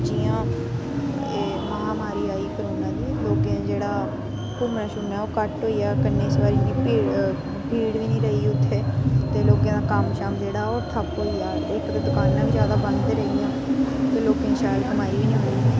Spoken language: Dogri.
जियां एह् महामारी आई करोना दी लोकें दा जेह्ड़ा घूमना शूमना ओह् घट्ट होई गेआ कन्नै इस बारी भीड़ भीड़ बी नेईं रेही उत्थै ते लोकें दा कम्म शम्म जेह्ड़ा ओह् ठप्प होई गेआ इक ते दकानां बी ज्यादा बंद गै रेहियां ते लोकें शैल कमाई बी नी होई